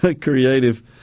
creative